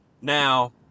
Now